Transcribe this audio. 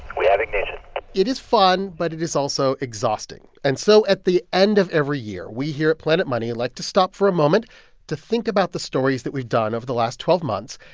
we have ignition it is fun, but it is also exhausting. and so at the end of every year, we here at planet money and like to stop for a moment to think about the stories that we've done over the last twelve months,